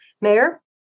Mayor